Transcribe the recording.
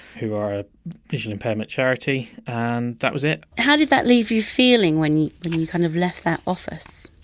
who are visual impairment charity. and that was it how did that leave you feeling when you kind of left that office?